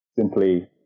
simply